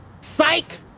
Psych